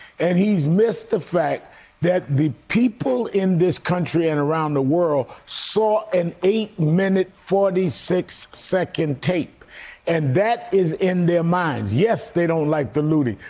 and he's missed the fact that the people in this country and around the world saw an eight minute forty six second tape and that is in their minds. yes, they don't like the looting,